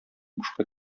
бушка